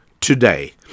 today